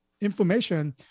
information